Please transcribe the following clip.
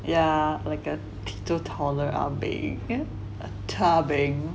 yeah like a tiptoe taller ah beng you know tabing